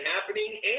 happening